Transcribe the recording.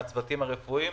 מן הצוותים הרפואיים.